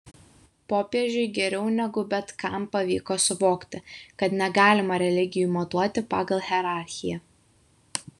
popiežiui geriau negu bet kam pavyko suvokti kad negalima religijų matuoti pagal hierarchiją